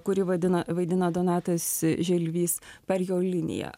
kurį vadina vaidina donatas želvys per jo liniją